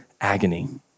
agony